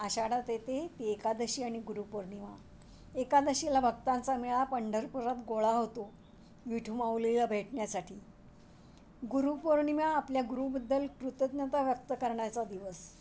आषाढात येते ती एकादशी आणि गुरुपौर्णिमा एकादशीला भक्तांचा मेळा पंढरपुरात गोळा होतो विठुमाऊलीला भेटण्यासाठी गुरुपौर्णिमा आपल्या गुरूबद्दल कृतज्ञता व्यक्त करण्याचा दिवस